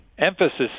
emphasis